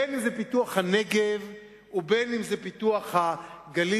בין אם זה פיתוח הנגב ובין אם זה פיתוח הגליל.